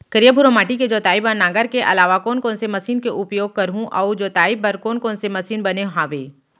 करिया, भुरवा माटी के जोताई बर नांगर के अलावा कोन कोन से मशीन के उपयोग करहुं अऊ जोताई बर कोन कोन से मशीन बने हावे?